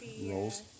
rolls